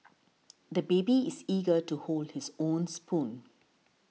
the baby is eager to hold his own spoon